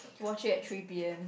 watch it at three P_M